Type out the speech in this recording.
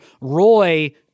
Roy